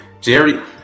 Jerry –